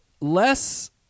less